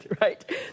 Right